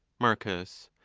marcus.